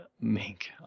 Mink